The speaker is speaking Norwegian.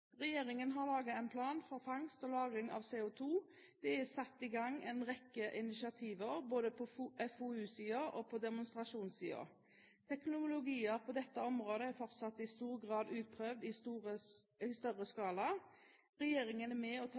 Regjeringen har laget en plan for fangst og lagring av CO2. Det er satt i gang en rekke initiativer både på FoU-siden og på demonstrasjonssiden. Teknologier på dette området er fortsatt i stor grad uprøvd i større skala. Regjeringen er med